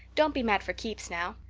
don't be mad for keeps, now.